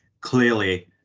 clearly